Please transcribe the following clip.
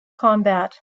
combat